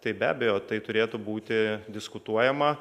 tai be abejo tai turėtų būti diskutuojama